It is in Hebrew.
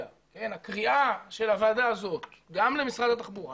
הקריאה של הוועדה הזאת גם למשרד התחבורה